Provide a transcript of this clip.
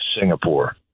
Singapore